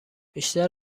بیشتر